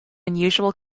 unusual